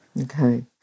okay